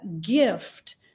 gift